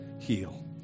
heal